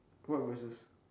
what voices